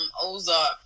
Ozark